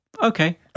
okay